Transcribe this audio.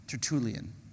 Tertullian